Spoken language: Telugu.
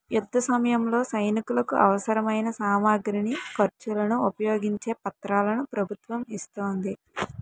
యుద్ధసమయంలో సైనికులకు అవసరమైన సామగ్రిని, ఖర్చులను ఉపయోగించే పత్రాలను ప్రభుత్వం ఇస్తోంది